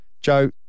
Joe